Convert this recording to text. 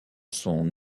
son